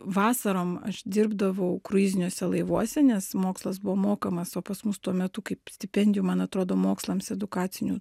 vasarom aš dirbdavau kruiziniuose laivuose nes mokslas buvo mokamas o pas mus tuo metu kaip stipendijų man atrodo mokslams edukacinių